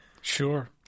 Sure